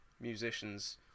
musicians